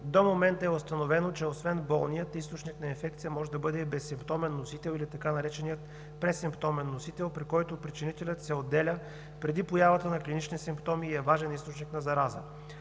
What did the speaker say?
До момента е установено, че освен болният, източник на инфекция може да бъде и безсимптомен носител или така нареченият пресимптомен носител, при който причинителят се отделя преди появата на клинични симптоми и е важен източник на зараза.